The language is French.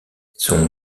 son